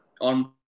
on